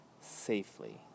safely